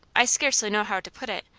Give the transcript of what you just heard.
i scarcely know how to put it,